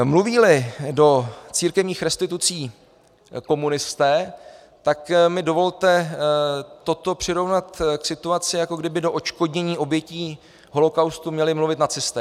Mluvíli do církevních restitucí komunisté, tak mi dovolte toto přirovnat k situaci, jako kdyby do odškodnění obětí holocaustu měli mluvit nacisté.